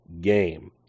game